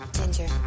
ginger